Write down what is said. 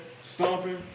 stomping